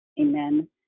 Amen